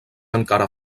encara